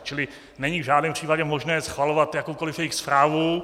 Čili není v žádném případě možné schvalovat jakoukoliv jejich zprávu.